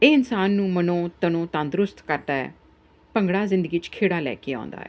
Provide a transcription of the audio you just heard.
ਇਹ ਇਨਸਾਨ ਨੂੰ ਮਨੋ ਤਨੋ ਤੰਦਰੁਸਤ ਕਰਦਾ ਆ ਭੰਗੜਾ ਜ਼ਿੰਦਗੀ 'ਚ ਖੇੜਾ ਲੈ ਕੇ ਆਉਂਦਾ ਆ